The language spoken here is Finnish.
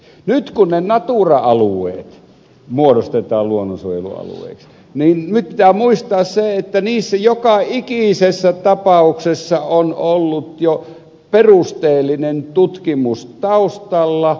nyt kun natura alueet muodostetaan luonnonsuojelualueiksi niin pitää muistaa se että niissä joka ikisessä tapauksessa on ollut jo perusteellinen tutkimus taustalla